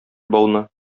бауны